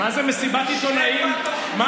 מה זה מסיבת עיתונאים, שבע תוכניות כלכליות.